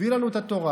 הביא לנו את התורה,